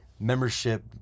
membership